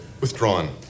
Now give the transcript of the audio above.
Withdrawn